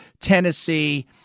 Tennessee